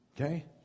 Okay